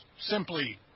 simply